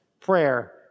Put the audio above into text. prayer